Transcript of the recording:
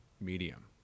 medium